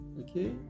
okay